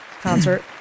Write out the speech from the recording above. concert